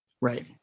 Right